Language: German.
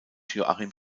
joachim